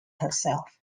herself